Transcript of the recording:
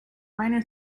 minor